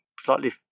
slightly